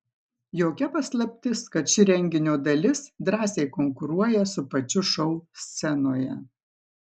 jokia paslaptis kad ši renginio dalis drąsiai konkuruoja su pačiu šou scenoje